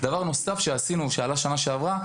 דבר נוסף שעשינו שעלה שנה שעברה.